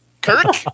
Kirk